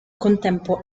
contempo